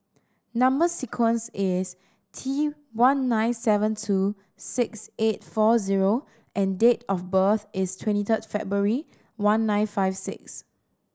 number sequence is T one nine seven two six eight four zero and date of birth is twenty third February one nine five six